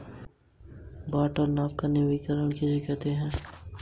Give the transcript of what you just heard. यदि मैं स्वास्थ्य बीमा का चयन करता हूँ तो मुझे कौन से कर लाभ मिलेंगे?